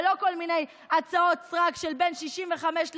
ולא כל מיני הצעות סרק של בין 65% ל-75%.